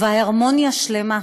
וההרמוניה שלמה,